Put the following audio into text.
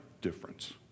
difference